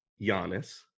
Giannis